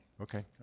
Okay